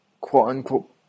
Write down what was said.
quote-unquote